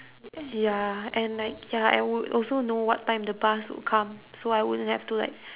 ya and like ya I would also know what time the bus would come so I won't have to like